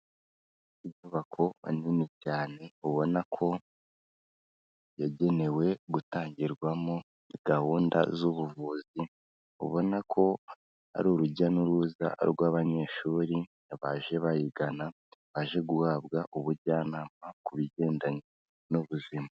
Inyubako nini cyane, ubona ko yagenewe gutangirwamo gahunda z'ubuvuzi, ubona ko ari urujya n'uruza rw'abanyeshuri, baje bayigana, baje guhabwa ubujyanama ku bigendanye n'ubuzima.